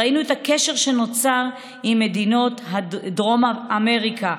ראינו את הקשר שנוצר עם מדינות דרום אמריקה,